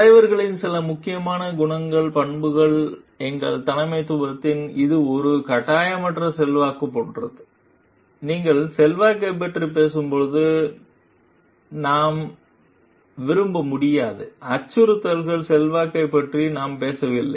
தலைவர்களின் சில முக்கியமான குணங்கள் பண்புகள் எங்கள் தலைமைத்துவம் இது ஒரு கட்டாயமற்ற செல்வாக்கு போன்றது நீங்கள் செல்வாக்கைப் பற்றி பேசும்போது நாம் விரும்ப முடியாது அச்சுறுத்தலால் செல்வாக்கைப் பற்றி நாம் பேசவில்லை